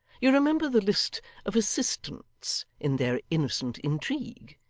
you remember the list of assistants in their innocent intrigue?